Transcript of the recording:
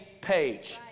page